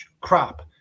crap